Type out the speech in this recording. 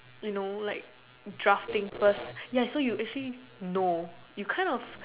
you know like drafting first ya so you actually know you kind of